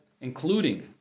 including